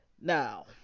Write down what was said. Now